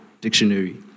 Dictionary